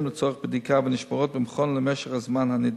לצורך בדיקה ונשמרות במכון למשך הזמן הנדרש.